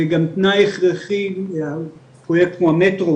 ועל כן אנחנו רואים בכל הנושא הזה של שיפור התחבורה,